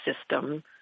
system